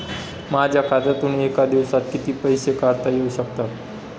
माझ्या खात्यातून एका दिवसात किती पैसे काढता येऊ शकतात?